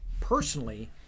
personally